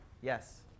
Yes